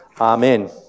Amen